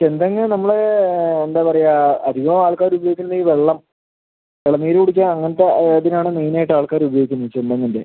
ചെന്തെങ്ങ് നമ്മള് എന്താ പറയുക അധികം ആൾക്കാര് ഉപയോഗിക്കുന്നത് ഈ വെള്ളം ഇളനീര് കുടിക്കുക അങ്ങനത്തെ ഇതിന് ആണ് മെയിൻ ആയിട്ട് ആൾക്കാര് ഉപയോഗിക്കുന്നത് ചെന്തെങ്ങിൻ്റെ